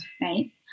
Right